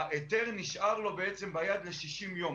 ההיתר נשאר לו ביד ל-60 יום.